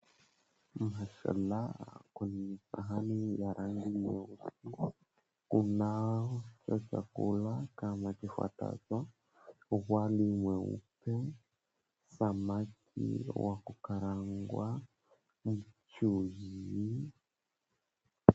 Mashaalah kwenye sahani ya rangi nyeusi kunazo chakula kama zifuatavyo, wali mweupe, samaki wa kukarangwa, mchuzi.